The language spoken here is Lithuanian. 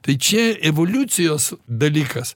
tai čia evoliucijos dalykas